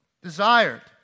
desired